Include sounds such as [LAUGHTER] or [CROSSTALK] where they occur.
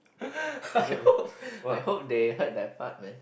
[LAUGHS] I hope I hope they heard that part man